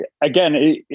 again